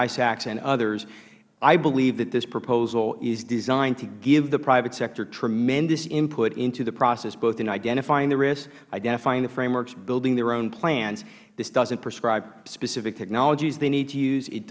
and others i believe this proposal is designed to give the private sector tremendous input into the process both in identifying the risk identifying the frameworks building their own plans this doesn't prescribe specific technologies they need to use it